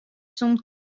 sûnt